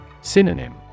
Synonym